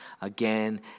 again